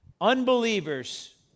unbelievers